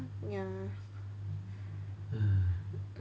ya